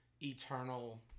eternal